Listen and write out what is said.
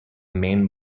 main